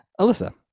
Alyssa